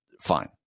Fine